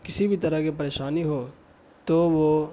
کسی بھی طرح کی پریشانی ہو تو وہ